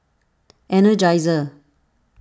energizer